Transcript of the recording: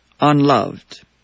unloved